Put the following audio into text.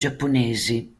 giapponesi